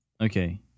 Okay